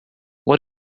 what